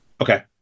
Okay